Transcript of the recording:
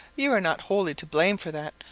you are not wholly to blame for that,